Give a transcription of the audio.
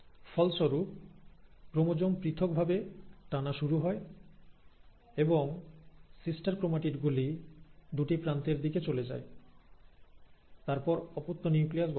ফলস্বরূপ ক্রোমোজোম পৃথকভাবে টানা শুরু হয় এবং সিস্টার ক্রোমাটিড গুলি দুটি প্রান্তের দিকে চলে যায় তারপর অপত্য নিউক্লিয়াস গঠন হয়